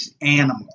animal